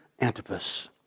Antipas